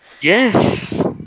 Yes